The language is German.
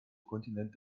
kontinent